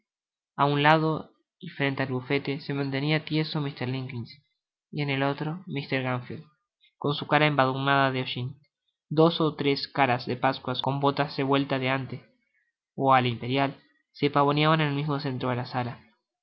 a un lado y frente el bufete se mantenia tieso mr limbkins y en el otro mr gamfield con su cara embadurnada de hollin dos ó tres cara de pascuas con botas de vueltas de ante ó al se pavoneaban en el mismo centro de la sala el